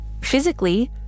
physically